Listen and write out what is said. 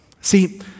See